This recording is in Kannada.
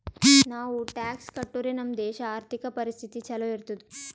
ನಾವು ಟ್ಯಾಕ್ಸ್ ಕಟ್ಟುರೆ ನಮ್ ದೇಶ ಆರ್ಥಿಕ ಪರಿಸ್ಥಿತಿ ಛಲೋ ಇರ್ತುದ್